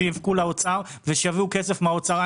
שיבכו לאוצר ושיביאו כסף מהאוצר.